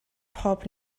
pob